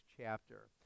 chapter